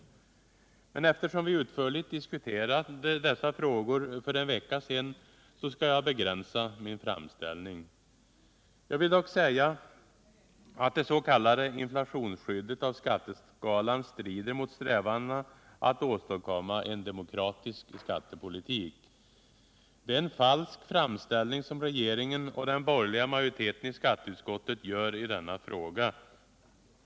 Eftersom vi utförligt diskuterade dessa frågor för en vecka sedan skall jag begränsa min framställning. Jag vill dock säga att det s.k. inflationsskyddet av skatteskalan strider mot strävandena att åstadkomma en demokratisk skattepolitik. Det är en falsk framställning som regeringen och den borgerliga majoriteten i skatteutskottet gör i denna fråga.